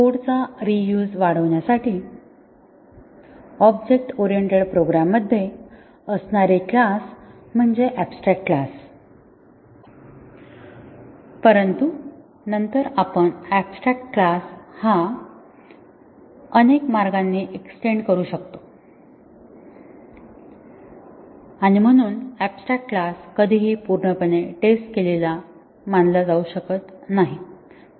कोडचा रियूझ वाढवण्यासाठी object oriented प्रोग्राममध्ये असणारे क्लास म्हणजे ऍबस्ट्रॅक्ट क्लास परंतु नंतर आपण ऍबस्ट्रॅक्ट क्लास हा अनेक मार्गांनी एक्सटेन्ड करू शकतो आणि म्हणून ऍबस्ट्रॅक्ट क्लास कधीही पूर्णपणे टेस्ट केलेला मानला जाऊ शकत नाही